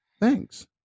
Thanks